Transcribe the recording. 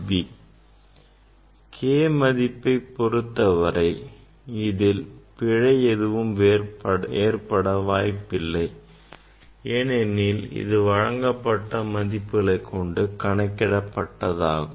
K மதிப்பை பொருத்தவரை இதில் பிழை எதுவும் ஏற்பட வாய்ப்பில்லை ஏனெனில் இது வழங்கப்பட்ட மதிப்புகளை கொண்டு கணக்கிடப்பட்டதாகும்